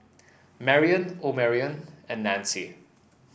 Marrion Omarion and Nanci